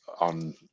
on